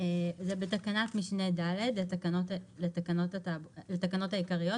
(2)בתקנת משנה (ד) לתקנות העיקריות,